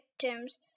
victims